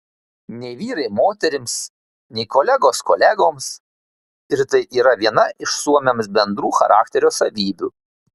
nei vyrai moterims nei kolegos kolegoms ir tai yra viena iš suomiams bendrų charakterio savybių